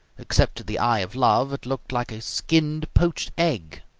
except to the eye of love, it looked like a skinned poached egg.